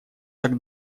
так